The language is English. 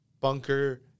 bunker